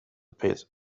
pit